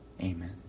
Amen